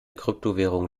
kryptowährung